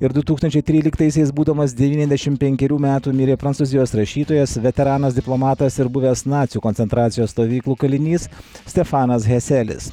ir du tūkstančiai tryliktaisiais būdamas devyniasdešimt penkerių metų mirė prancūzijos rašytojas veteranas diplomatas ir buvęs nacių koncentracijos stovyklų kalinys stefanas heselis